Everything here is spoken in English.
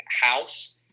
house